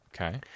Okay